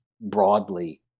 broadly